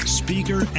speaker